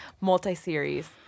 multi-series